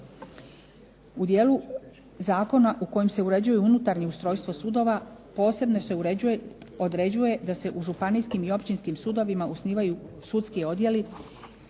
U dijelu zakona u kojem se uređuje unutarnje ustrojstvo sudova, posebno se određuje da se u županijskim i općinskim sudovima osnivaju sudski odjeli